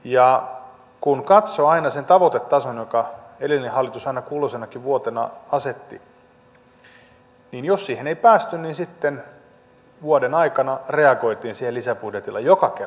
ja kun katsoo aina sen tavoitetason jonka edellinen hallitus kulloisenakin vuotena asetti niin jos siihen ei päästy niin sitten vuoden aikana siihen reagoitiin lisäbudjetilla joka kerta